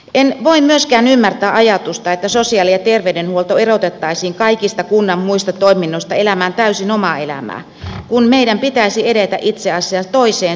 en voi myöskään ymmärtää ajatusta että sosiaali ja terveydenhuolto erotettaisiin kaikista kunnan muista toiminnoista elämään täysin omaa elämää kun meidän pitäisi edetä itse asiassa toiseen suuntaan